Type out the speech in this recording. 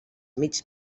mig